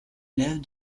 élève